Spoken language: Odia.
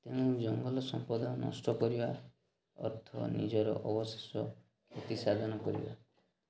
ତେଣୁ ଜଙ୍ଗଲ ସମ୍ପଦ ନଷ୍ଟ କରିବା ଅର୍ଥ ନିଜର ଅବଶେଷ କ୍ଷତି ସାଧନ କରିବା